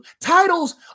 titles